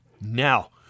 Now